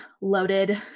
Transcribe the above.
loaded